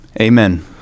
Amen